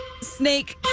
Snake